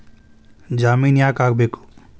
ಜಾಮಿನ್ ಯಾಕ್ ಆಗ್ಬೇಕು?